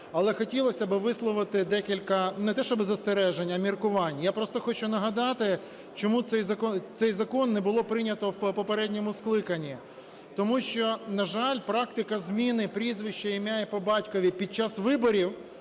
але хотілось би висловити декілька, не те щоби застережень, а міркувань. Я просто хочу нагадати, чому цей закон не було прийнято в попередньому скликанні. Тому що, на жаль, практика зміни прізвища, ім'я і по батькові під час виборів